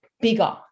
bigger